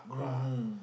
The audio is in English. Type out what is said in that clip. mmhmm